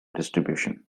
distribution